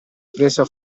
presa